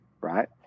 right